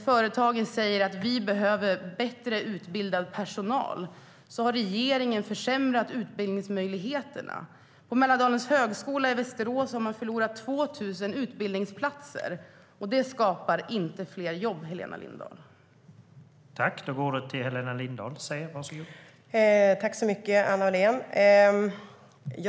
Företagen säger att de behöver bättre utbildad personal, men den förra regeringen försämrade utbildningsmöjligheterna. På Mälardalens högskola i Västerås har man förlorat 2 000 utbildningsplatser. Det skapar inte fler jobb, Helena Lindahl.